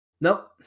Nope